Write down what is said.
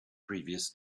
previous